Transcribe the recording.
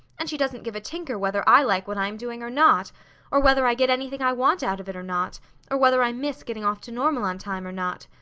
and she doesn't give a tinker whether i like what i am doing or not or whether i get anything i want out of it or not or whether i miss getting off to normal on time or not.